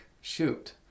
Shoot